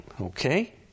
okay